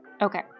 Okay